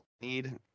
Need